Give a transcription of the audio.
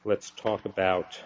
let's talk about